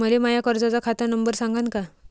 मले माया कर्जाचा खात नंबर सांगान का?